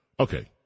Okay